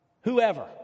whoever